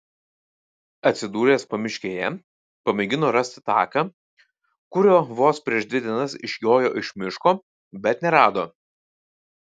atsidūręs pamiškėje pamėgino rasti taką kuriuo vos prieš dvi dienas išjojo iš miško bet nerado